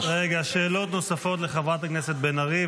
שאלות נוספות לחברת הכנסת בן ארי,